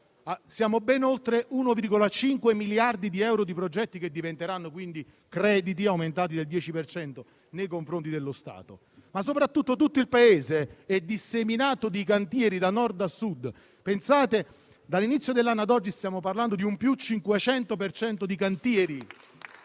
siamo ben oltre 1,5 miliardi di euro di progetti, che diventeranno quindi crediti aumentati del 10 per cento nei confronti dello Stato. Soprattutto, l'intero Paese è disseminato di cantieri, da Nord a Sud. Pensate che, dall'inizio dell'anno ad oggi, stiamo parlando di un aumento del 500 per